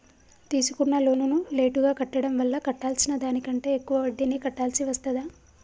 తీసుకున్న లోనును లేటుగా కట్టడం వల్ల కట్టాల్సిన దానికంటే ఎక్కువ వడ్డీని కట్టాల్సి వస్తదా?